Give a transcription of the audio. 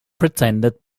pretended